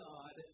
God